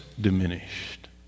diminished